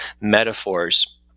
metaphors